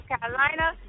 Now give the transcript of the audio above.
Carolina